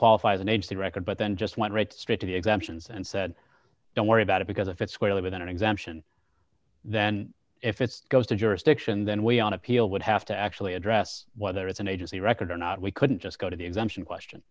qualify as an age the record but then just went right straight to the exemptions and said don't worry about it because if it's clearly been an exemption then if it's goes to jurisdiction then we on appeal would have to actually address whether it's an agency record or not we couldn't just go to the exemption question